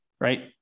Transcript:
right